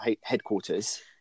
headquarters